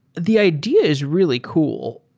the idea is really cool.